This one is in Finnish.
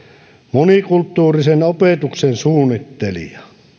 monikulttuurisen opetuksen suunnittelija